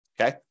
Okay